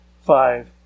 five